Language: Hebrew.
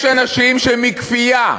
יש אנשים שמכפייה,